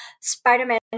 spider-man